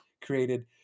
created